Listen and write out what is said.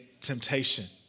temptation